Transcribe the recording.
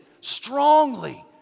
strongly